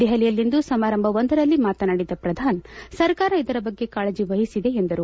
ದೆಹಲಿಯಲ್ಲಿಂದು ಸಮಾರಂಭವೊಂದರಲ್ಲಿ ಮಾತನಾದಿದ ಪ್ರಧಾನ್ ಸರ್ಕಾರ ಇದರ ಬಗ್ಗೆ ಕಾಳಜಿ ವಹಿಸಿದೆ ಎಂದರು